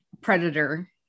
predator